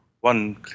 one